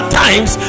times